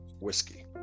whiskey